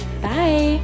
bye